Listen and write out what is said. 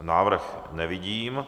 Návrh nevidím.